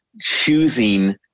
choosing